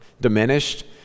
diminished